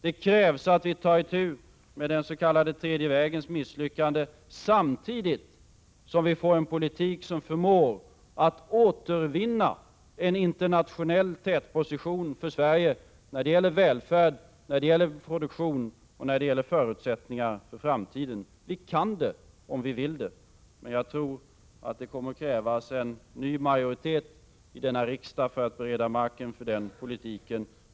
Det krävs att vi tar itu med den s.k. tredje vägens misslyckande samtidigt som vi får en politik som förmår att återvinna en internationell tätposition för Sverige när det gäller välfärd, produktion och förutsättningen för framtiden. Vi kan, om vi vill. Men det kommer att krävas en ny majoritet i denna riksdag för att bereda marken för den politiken.